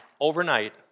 overnight